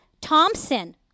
Thompson